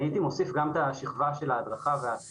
אני הייתי מוסיף גם את האכיפה, את ההדרכה וההטמעה.